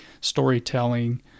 storytelling